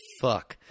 fuck